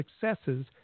successes